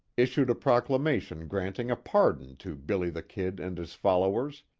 issued a proclamation granting a pardon to billy the kid and his followers,